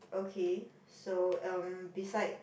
okay so um beside